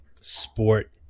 Sport